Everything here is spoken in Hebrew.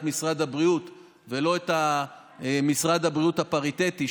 משרד הבריאות ולא משרד הבריאות הפריטטי,